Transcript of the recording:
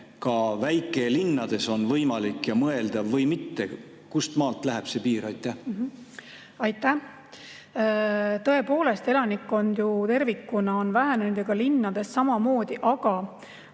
ka väikelinnadesse on võimalik ja mõeldav või mitte? Kust maalt läheb piir? Aitäh! Tõepoolest, elanikkond on tervikuna vähenenud ja linnades samamoodi, aga